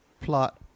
Plot